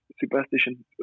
superstition